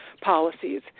policies